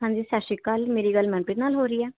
ਹਾਂਜੀ ਸਤਿ ਸ਼੍ਰੀ ਅਕਾਲ ਮੇਰੀ ਗੱਲ ਮਨਪ੍ਰੀਤ ਨਾਲ ਹੋ ਰਹੀ ਹੈ